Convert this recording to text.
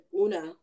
Una